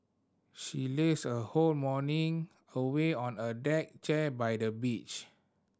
she lazed her whole morning away on a deck chair by the beach